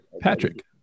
Patrick